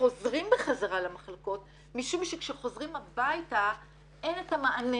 חוזרים בחזרה למחלקות משום שכשחוזרים הביתה אין את המענה.